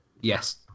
Yes